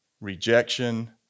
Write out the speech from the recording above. rejection